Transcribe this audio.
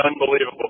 unbelievable